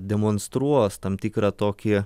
demonstruos tam tikrą tokį